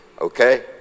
okay